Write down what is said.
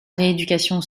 rééducation